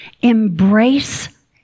Embrace